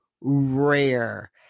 rare